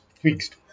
fixed